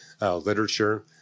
literature